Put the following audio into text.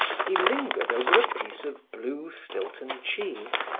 he lingered over a piece of blue stilton cheese,